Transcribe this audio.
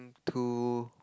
to